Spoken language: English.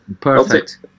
Perfect